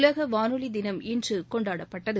உலக வானொலி தினம் இன்று கொண்டாடப்பட்டது